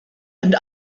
and